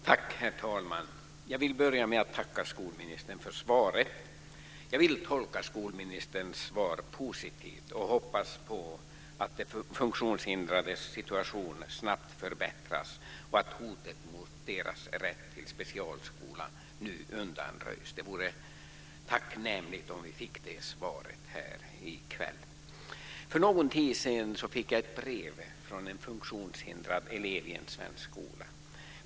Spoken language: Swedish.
Herr talman! Jag vill börja med att tacka skolministern för svaret. Jag vill tolka skolministerns svar positivt och hoppas att de funktionshindrades situation snabbt förbättras och att hotet mot deras rätt till specialskola nu undanröjs. Det vore tacknämligt om vi fick det svaret här i kväll. För någon tid sedan fick jag ett brev från en funktionshindrad elev i en svensk skola.